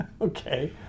Okay